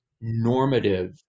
normative